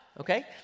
okay